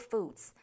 Foods